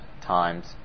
times